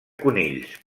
conills